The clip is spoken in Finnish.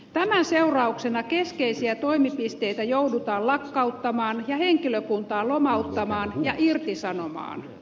tämän seurauksena keskeisiä toimipisteitä joudutaan lakkauttamaan ja henkilökuntaa lomauttamaan ja irtisanomaan